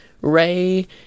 ray